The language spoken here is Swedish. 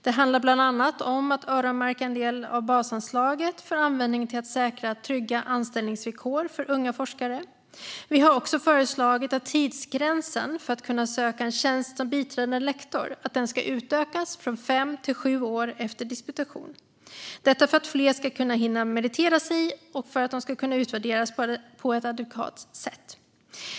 Det handlar bland annat om att öronmärka en del av basanslaget för att använda det till att säkra trygga anställningsvillkor för unga forskare. Vi har också föreslagit att tidsgränsen för att kunna söka en tjänst som biträdande lektor ska utökas från fem till sju år efter disputation, detta för att fler ska hinna meritera sig och kunna utvärderas på ett adekvat sätt.